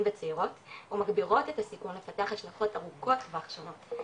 וצעירות ומגבירות את הסיכון לפתח ההשלכות ארוכות טווח שונות,